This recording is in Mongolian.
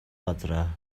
газраа